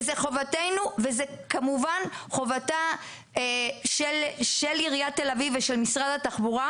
וזו חובתנו וזה כמובן חובתה של עיריית תל אביב ושל משרד התחבורה,